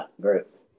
group